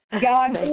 God